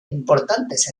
importantes